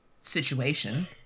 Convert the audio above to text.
situation